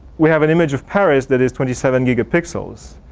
we have an image of paris that is twenty seven giga pixels.